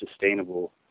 sustainable